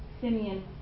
Simeon